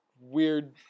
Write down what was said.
weird